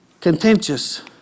Contentious